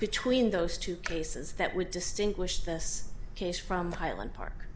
between those two cases that would distinguish this case from highland park